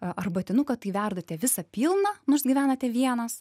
arbatinuką tai verdate visą pilną nors gyvenate vienas